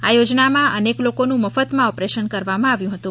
આ યોજનામાં અનેક લોકોનુ મફતમાં ઓપરેશન કરવામાં આવ્યૂ હતું